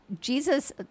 Jesus